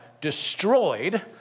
destroyed